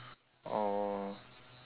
or